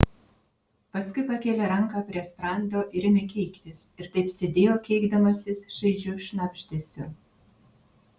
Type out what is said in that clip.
paskui pakėlė ranką prie sprando ir ėmė keiktis ir taip sėdėjo keikdamasis šaižiu šnabždesiu